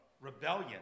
rebellion